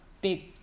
big